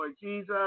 Jesus